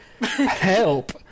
Help